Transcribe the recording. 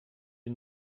die